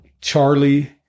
Charlie